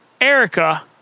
Erica